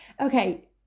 okay